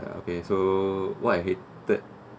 uh okay so what I hated